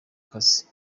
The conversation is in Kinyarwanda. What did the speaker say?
kazi